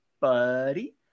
buddy